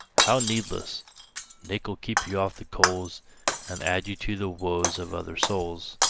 how needless nick will keep you off the coals and add you to the woes of other souls.